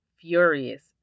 furious